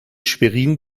schwerin